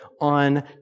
on